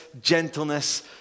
gentleness